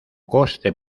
coste